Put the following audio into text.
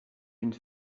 une